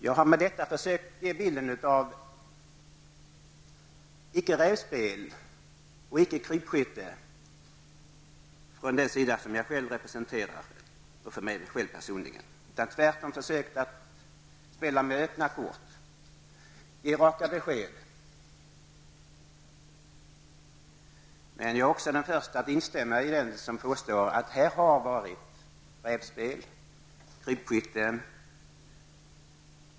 Den sida som jag själv representerar har i detta fall icke bedrivit något rävspel eller krypskytte. Jag har i stället försökt spela med öppna kort och ge raka besked. Men jag är samtidigt den första att instämma med dem som påstår att det här har förekommit rävspel och krypskytte.